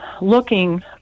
looking